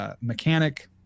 mechanic